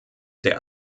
der